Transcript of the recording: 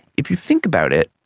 if you think about it,